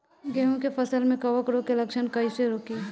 गेहूं के फसल में कवक रोग के लक्षण कईसे रोकी?